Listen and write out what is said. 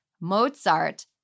Mozart –